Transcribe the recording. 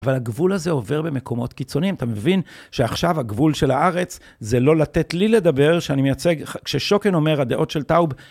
אבל הגבול הזה עובר במקומות קיצוניים. אתה מבין שעכשיו הגבול של 'הארץ' זה לא לתת לי לדבר, שאני מייצג, כששוקן אומר, הדעות של טאוב...